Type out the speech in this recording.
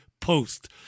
post